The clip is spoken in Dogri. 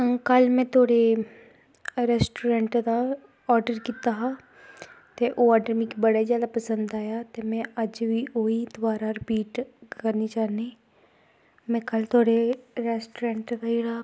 ऐहीं कल्ल में तेरे रेस्टोरेंट दा ऑर्डर कीता हा ते ओह् ऑर्डर मिगी बड़ा जादा पसंद आया ते अज्ज में ओह्दी दोबारा रिपीट करनी चाह्नीं में कल्ल थुआढ़े रेस्टोरेंट दा